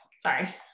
sorry